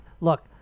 look